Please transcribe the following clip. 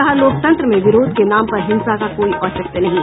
कहा लोकतंत्र में विरोध के नाम पर हिंसा का कोई औचित्य नहीं है